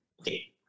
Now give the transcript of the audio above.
Okay